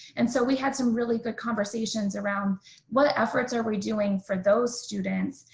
and so we had some really good conversations around what efforts are we doing for those students?